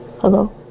Hello